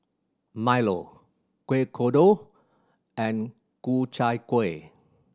milo Kuih Kodok and Ku Chai Kuih